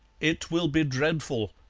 it will be dreadful,